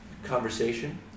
Conversation